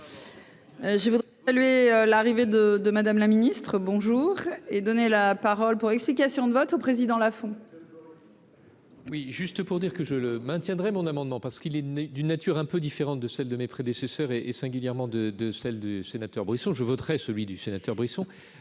Je voudrais saluer l'arrivée de de madame la Ministre bonjour et donner la parole pour explications de vote au président la font. Oui, juste pour dire que je le maintiendrai mon amendement parce qu'il est né d'une nature un peu différente de celle de mes prédécesseurs et et singulièrement de de celle du sénateur Brisson je voterai celui du sénateur Brisson